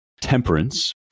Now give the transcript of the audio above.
temperance